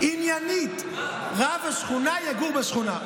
עניינית, הרב יגור בשכונה.